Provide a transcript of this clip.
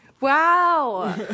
Wow